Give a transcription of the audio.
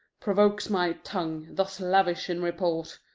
provokes my tongue, thus lavish in report.